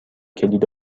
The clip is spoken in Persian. کلید